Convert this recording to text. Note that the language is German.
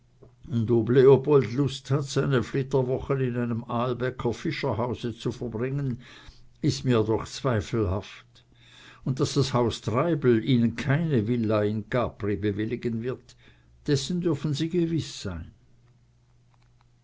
leopold lust hat seine flitterwochen in einem ahlbecker fischerhause zu verbringen ist mir doch zweifelhaft und daß das haus treibel ihnen keine villa in capri bewilligen wird dessen dürfen sie gewiß sein